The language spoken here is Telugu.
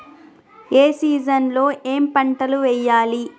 ఏ సీజన్ లో ఏం పంటలు వెయ్యాలి?